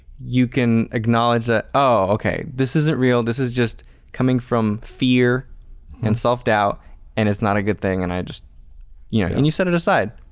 you can acknowledge that oh okay, this isn't real, this is just coming from fear and self-doubt and it's not a good thing and i just you know, and you set it aside.